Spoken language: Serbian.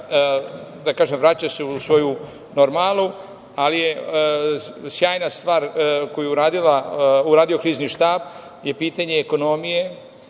od sutra vraća se u svoju normalu, ali je sjajna stvar koju je uradio Krizni štab pitanje ekonomije.